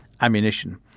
ammunition